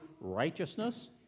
righteousness